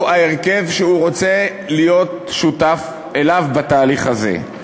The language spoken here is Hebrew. את ההרכב שהוא ההרכב שהוא רוצה להיות שותף לו בתהליך הזה.